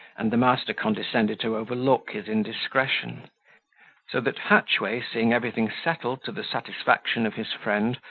and the master condescended to overlook his indiscretion so that hatchway, seeing everything settled to the satisfaction of his friend,